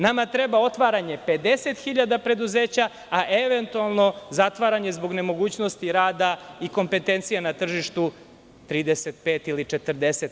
Nama treba otvaranje 50.000 preduzeća, a eventualno zatvaranje, zbog nemogućnosti rada i kompetencije na tržištu, 35.000 ili 40.000.